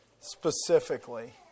specifically